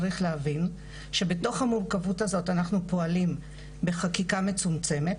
צריך להבין שבתוך המורכבות הזו אנחנו פועלים בחקיקה מצומצמת